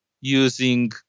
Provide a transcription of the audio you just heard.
using